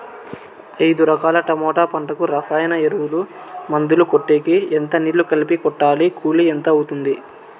ఐదు ఎకరాల టమోటా పంటకు రసాయన ఎరువుల, మందులు కొట్టేకి ఎంత నీళ్లు కలిపి కొట్టాలి? కూలీ ఎంత అవుతుంది?